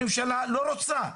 הממשלה לא רוצה,